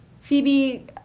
Phoebe